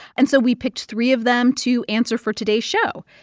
and so we picked three of them to answer for today's show.